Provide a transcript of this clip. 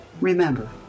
Remember